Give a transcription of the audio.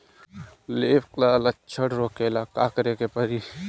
Leaf curl लक्षण रोकेला का करे के परी?